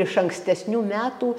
iš ankstesnių metų